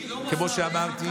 כמו שאמרתי,